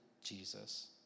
Jesus